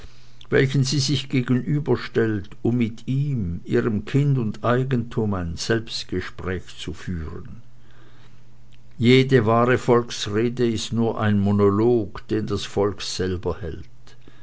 welchen sie sich gegenüberstellt um mit ihm ihrem kind und eigentum ein selbstgespräch zu führen jede wahre volksrede ist nur ein monolog den das volk selber hält